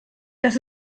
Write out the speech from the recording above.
das